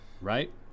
right